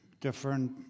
different